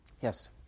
Yes